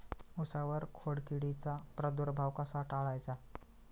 उसावर खोडकिडीचा प्रादुर्भाव कसा टाळायचा?